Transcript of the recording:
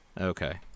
Okay